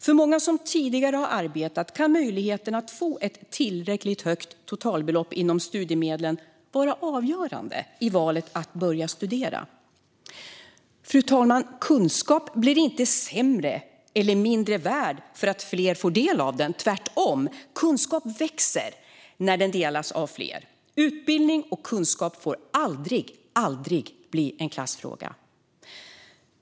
För många som tidigare arbetat kan möjligheten att få ett tillräckligt högt totalbelopp inom studiemedlen vara avgörande i valet att börja studera. Fru talman! Kunskap blir inte sämre eller mindre värd för att fler får del av den. Tvärtom växer kunskap när den delas av fler. Utbildning och kunskap får aldrig bli en klassfråga.